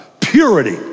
purity